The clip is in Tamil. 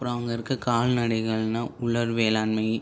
அப்பறம் அங்கே இருக்க கால் நடைகள்னால் உலர் வேளாண்மை